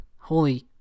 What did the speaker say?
Holy